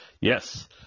Yes